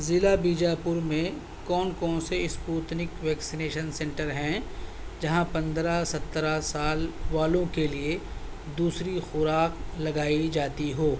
ضلع بیجاپور میں کون کون سے اسپوتنک ویکسینیشن سینٹر ہیں جہاں پندرہ سترہ سال والوں کے لیے دوسری خوراک لگائی جاتی ہو